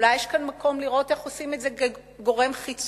אולי יש כאן מקום לראות איך עושים את זה עם גורם חיצוני,